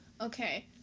Okay